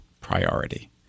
priority